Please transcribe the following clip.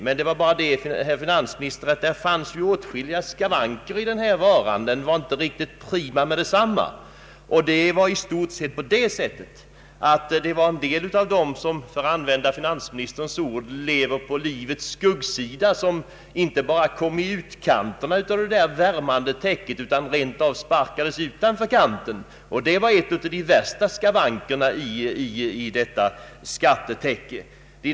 Men, herr finansminister, det finns åtskilliga skavanker i den här varan, den var inte riktigt prima med detsamma. För att använda finansministerns ord: en del av dem som lever på livets skuggsida inte bara kom i utkanterna av det värmande täcket, utan rentav sparkades utanför kanten. Det var en av de värsta skavankerna i detta skattetäcke.